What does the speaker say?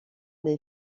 les